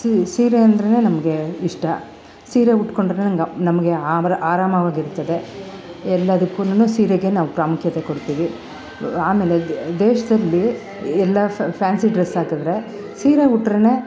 ಸೀರೆ ಅಂದ್ರೆ ನಮಗೆ ಇಷ್ಟ ಸೀರೆ ಉಟ್ಕೊಂಡ್ರೆ ನನ್ಗ್ ನಮಗೆ ಆಭರ ಆರಾಮವಾಗಿರ್ತದೆ ಎಲ್ಲದುಕ್ಕುನು ಸೀರೆಗೆ ನಾವು ಪ್ರಾಮುಖ್ಯತೆ ಕೊಡ್ತೀವಿ ಆಮೇಲೆ ದೇಶದಲ್ಲಿ ಎಲ್ಲ ಫ್ಯಾನ್ಸಿ ಡ್ರೆಸ್ ಹಾಕಿದ್ರೆ ಸೀರೆ ಉಟ್ರೇ